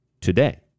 today